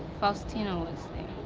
faustino was there.